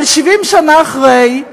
אבל 70 שנה אחרי,